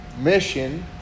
mission